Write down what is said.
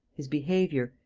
his behaviour,